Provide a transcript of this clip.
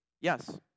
yes